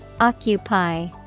Occupy